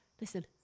Listen